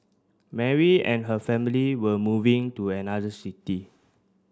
Mary and her family were moving to another city